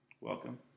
Welcome